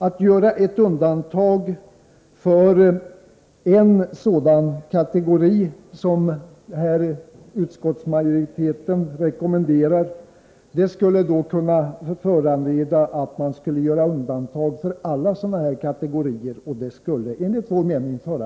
Att göra ett undantag för alla sådana kategorier skulle föra för långt.